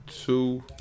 two